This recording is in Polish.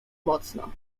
mocno